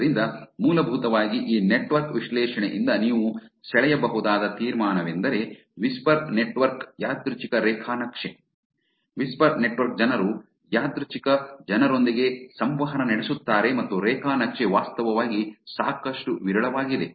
ಆದ್ದರಿಂದ ಮೂಲಭೂತವಾಗಿ ಈ ನೆಟ್ವರ್ಕ್ ವಿಶ್ಲೇಷಣೆಯಿಂದ ನೀವು ಸೆಳೆಯಬಹುದಾದ ತೀರ್ಮಾನವೆಂದರೆ ವಿಸ್ಪರ್ ನೆಟ್ವರ್ಕ್ ಯಾದೃಚ್ಛಿಕ ರೇಖಾ ನಕ್ಷೆ ವಿಸ್ಪರ್ ನೆಟ್ವರ್ಕ್ ಜನರು ಯಾದೃಚ್ಛಿಕ ಜನರೊಂದಿಗೆ ಸಂವಹನ ನಡೆಸುತ್ತಾರೆ ಮತ್ತು ರೇಖಾ ನಕ್ಷೆ ವಾಸ್ತವವಾಗಿ ಸಾಕಷ್ಟು ವಿರಳವಾಗಿದೆ